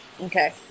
Okay